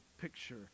picture